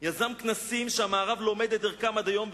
יזם כנסים, והמערב לומד את ערכם עד היום.